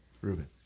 Ruben